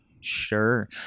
sure